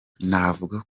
navuga